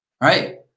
right